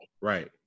Right